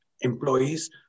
employees